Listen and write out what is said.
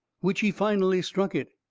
which he finally struck it.